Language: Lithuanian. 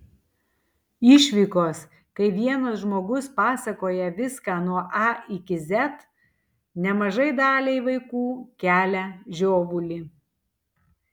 išvykos kai vienas žmogus pasakoja viską nuo a iki z nemažai daliai vaikų kelia žiovulį